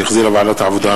שהחזירה ועדת העבודה,